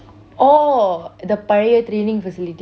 oh the பழைய: palaiya training facility